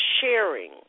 sharing